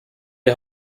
die